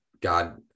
God